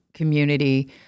community